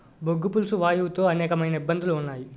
బొగ్గు పులుసు వాయువు తో అనేకమైన ఇబ్బందులు ఉన్నాయి